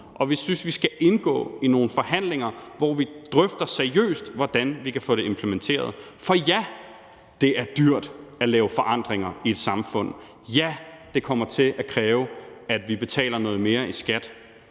og vi synes, at vi skal indgå i nogle forhandlinger, hvor vi seriøst drøfter, hvordan vi kan få det implementeret. For ja, det er dyrt at lave forandringer i et samfund. Ja, det kommer til at kræve, at vi betaler noget mere i skat.